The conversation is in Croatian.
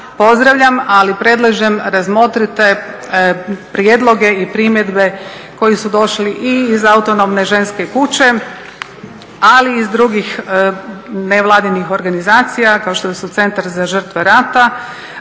pozdravljam, ali predlažem razmotrite prijedloge i primjedbe koji su došli i iz Autonomne ženske kuće ali i iz drugih nevladinih organizacija kao što su Centar za žrtve rata,